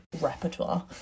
repertoire